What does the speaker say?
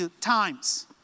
times